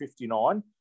59